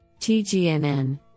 TGNN